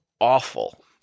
awful